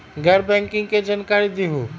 गैर बैंकिंग के जानकारी दिहूँ?